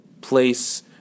place